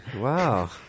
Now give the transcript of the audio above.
Wow